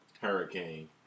hurricane